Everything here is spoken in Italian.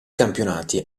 campionati